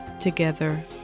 together